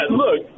look